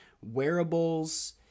wearables